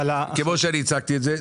כמו שאני הצגתי את זה,